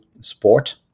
sport